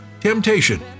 Temptation